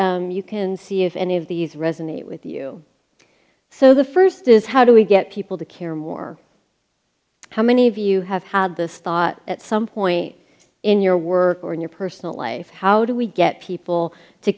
and you can see if any of these resonate with you so the first is how do we get people to care more how many of you have had this thought at some point in your work or in your personal life how do we get people to